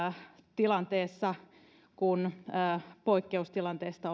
tilanteessa kun poikkeustilanteesta